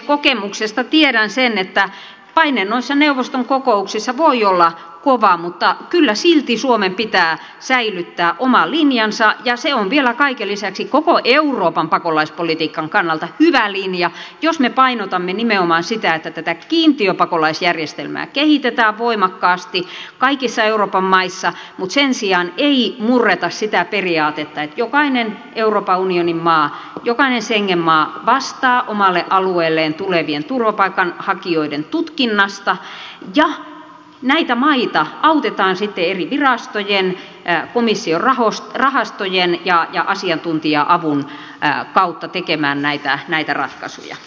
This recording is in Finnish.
kokemuksesta tiedän sen että paine noissa neuvoston kokouksissa voi olla kova mutta kyllä silti suomen pitää säilyttää oma linjansa ja se on vielä kaiken lisäksi koko euroopan pakolaispolitiikan kannalta hyvä linja jos me painotamme nimenomaan sitä että tätä kiintiöpakolaisjärjestelmää kehitetään voimakkaasti kaikissa euroopan maissa mutta sen sijaan ei murreta sitä periaatetta että jokainen euroopan unionin maa jokainen schengen maa vastaa omalle alueelleen tulevien turvapaikanhakijoiden tutkinnasta ja näitä maita autetaan sitten eri virastojen komission rahastojen ja asiantuntija avun kautta tekemään näitä ratkaisuja